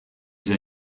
see